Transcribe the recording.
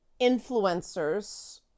influencers